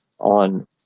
On